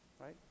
right